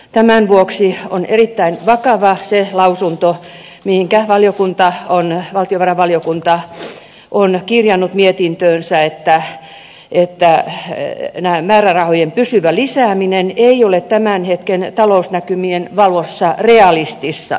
tämän vuoksi on erittäin vakava se lausunto minkä valtiovarainvaliokunta on kirjannut mietintöönsä että määrärahojen pysyvä lisääminen ei ole tämän hetken talousnäkymien valossa realistista